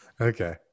Okay